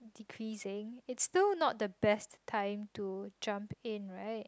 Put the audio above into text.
decreasing is still not the best time to jump in right